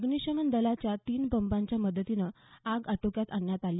अग्निशमन दलाच्या तीन बंबांच्या मदतीनं आग आटोक्यात आणण्यात आली